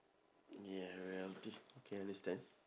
ya ya okay okay understand